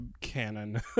canon